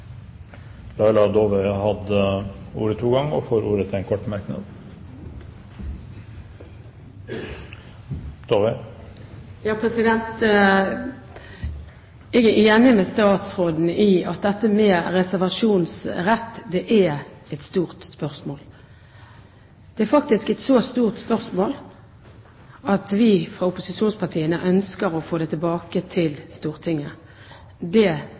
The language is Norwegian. hatt ordet to ganger og får ordet til en kort merknad, begrenset til 1 minutt. Jeg er enig med statsråden i at dette med reservasjonsrett er et stort spørsmål. Det er faktisk et så stort spørsmål at vi fra opposisjonspartiene ønsker å få det tilbake til Stortinget. Det